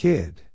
Kid